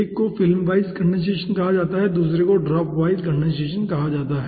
एक को film wise condensation कहा जाता है और दूसरे को ड्रॉप वाइज कंडेनसेशन कहा जाता है